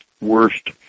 worst